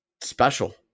special